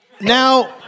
Now